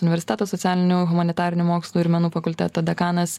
universiteto socialinių humanitarinių mokslų ir menų fakulteto dekanas